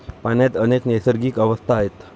पाण्याच्या अनेक नैसर्गिक अवस्था आहेत